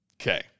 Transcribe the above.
Okay